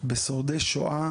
בשורדי שואה